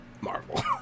Marvel